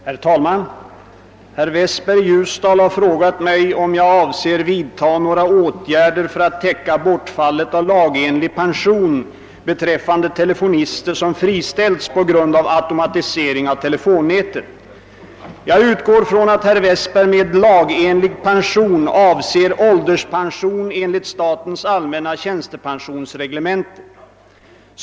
Herr talman! Herr Westberg i Ljusdal har frågat mig, om jag avser vidtaga några åtgärder för att täcka bortfallet av lagenlig pension beträffande telefonister som friställts på grund av automatisering av telefonnätet. Jag utgår från att herr Westberg med »lagenlig pension« avser ålderspension enligt statens allmänna tjänstepensionsreglemente.